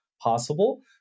possible